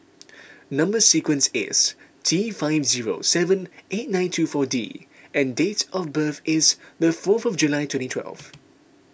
Number Sequence is T five zero seven eight nine two four D and dates of birth is the fourth July twenty twelve